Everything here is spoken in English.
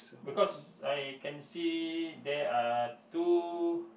because I can see there are two